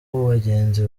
bagenzi